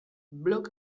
blog